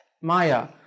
Maya